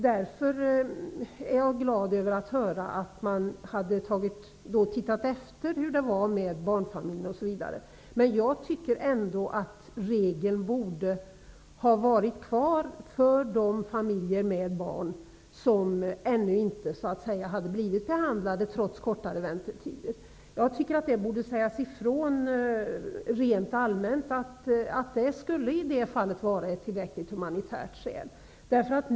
Därför är jag glad att höra att man hade tittat efter hur det var med barnfamiljerna. Jag tycker ändå att regeln borde ha varit kvar för de barnfamiljer som ännu inte hade blivit behandlade, trots kortare väntetider. Det borde sägas ifrån rent allmänt att det skall vara ett tillräckligt humanitärt skäl.